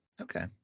Okay